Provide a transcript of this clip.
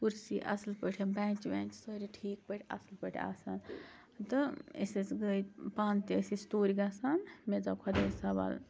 کُرسی اَصٕل پٲٹھۍ بیٚنٛچ وینٛچ سٲری ٹھیٖک پٲٹھۍ اَصٕل پٲٹھۍ آسان تہٕ أسۍ حظ گٔے پانہٕ تہِ ٲسۍ أسۍ توٗرۍ گَژھان مےٚ زاو خۄدایس حوالہٕ